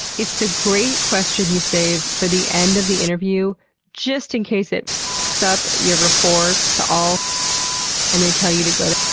it's the great question you save for the end of the interview just in case it up your rapport to all and they tell you to go to.